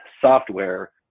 software